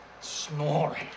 snoring